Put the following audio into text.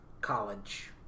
College